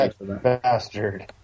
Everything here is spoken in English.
Bastard